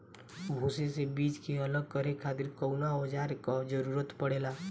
भूसी से बीज के अलग करे खातिर कउना औजार क जरूरत पड़ेला?